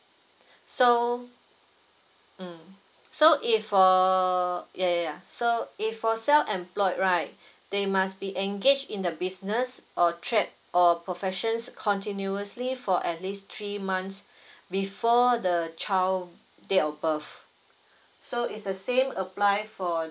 so mm so if for ya ya ya so if for self employed right they must be engage in the business or trade or professions continuously for at least three months before the child date of birth so is the same apply for